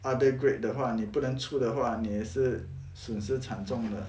other grade 的话你不能出的话你还是损失惨重的